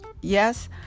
Yes